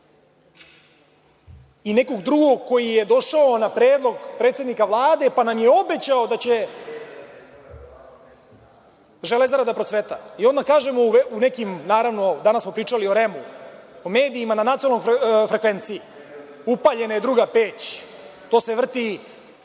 i nekog drugog koji je došao na predlog predsednika Vlade, pa nam je obećao da će „Železara“ da procveta. Odmah kažem, u nekim, naravno, danas smo pričali o REM-u, o medijima na nacionalnoj frekvenciji, upaljena je druga peć, to se vrti